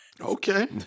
Okay